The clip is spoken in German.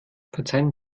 verzeihen